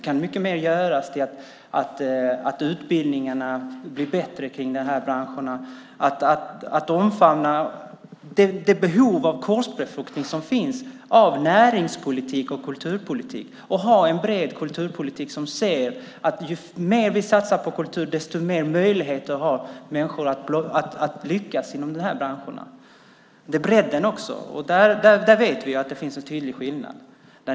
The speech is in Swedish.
Men mycket mer kan göras så att utbildningarna i de här branscherna blir bättre och så att man omfamnar det behov som finns av korsbefruktning mellan näringspolitik och kulturpolitik. Det behövs en bred kulturpolitik som ser att ju mer vi satsar på kultur, desto mer möjligheter har människor att lyckas i de här branscherna. Det gäller också bredden. Där vet vi att det finns en tydlig skillnad.